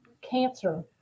cancer